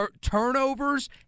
Turnovers